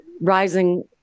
rising